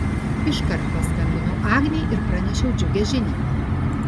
iškart paskambinau agnei ir pranešiau džiugią žinią